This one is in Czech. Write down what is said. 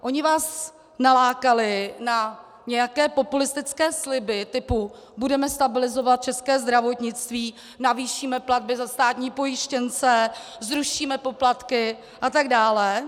Oni vás nalákali na nějaké populistické sliby typu: Budeme stabilizovat české zdravotnictví, navýšíme platby za státní pojištěnce, zrušíme poplatky atd.